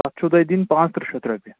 تَتھ چھُو تۄہہِ دِنۍ پانٛژھ تٕرٛہ شَتھ رۄپیہِ